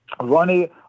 Ronnie